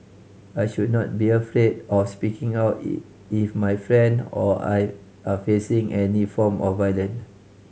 I should not be afraid of speaking out if my friend or I are facing any form of violent